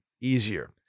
easier